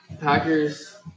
Packers